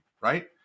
Right